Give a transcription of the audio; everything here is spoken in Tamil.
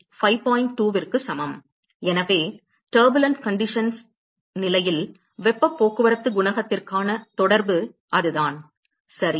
2 ற்குச் சமம் எனவே கொந்தளிப்பான சூழ்நிலையில் வெப்பப் போக்குவரத்துக் குணகத்திற்கான தொடர்பு அதுதான் சரி